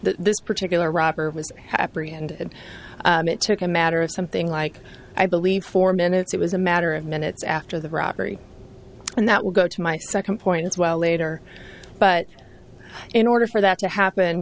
this particular robber it was happening and it took a matter of something like i believe four minutes it was a matter of minutes after the robbery and that will go to my second point as well later but in order for that to happen